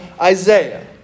Isaiah